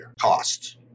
costs